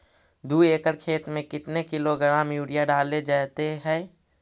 दू एकड़ खेत में कितने किलोग्राम यूरिया डाले जाते हैं?